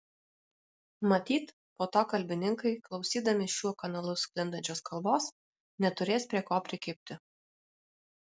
matyt po to kalbininkai klausydami šiuo kanalu sklindančios kalbos neturės prie ko prikibti